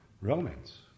romance